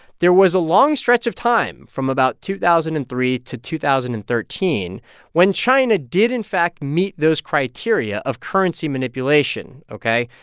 there was a long stretch of time from about two thousand and three to two thousand and thirteen when china did in fact meet those criteria of currency manipulation. ok.